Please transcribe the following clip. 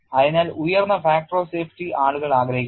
അതിനാൽ ഉയർന്ന factor of safety ആളുകൾ ആഗ്രഹിക്കുന്നു